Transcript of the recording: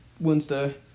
Wednesday